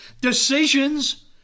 Decisions